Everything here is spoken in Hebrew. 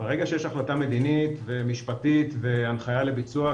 ברגע שיש החלטה מדינית ומשפטית והנחייה לביצוע,